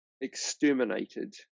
exterminated